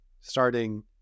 starting